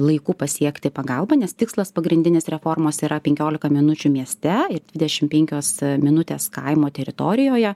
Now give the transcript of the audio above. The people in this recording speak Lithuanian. laiku pasiekti pagalbą nes tikslas pagrindinis reformos yra penkiolika minučių mieste ir dvidešim penkios minutės kaimo teritorijoje